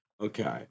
okay